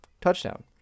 touchdown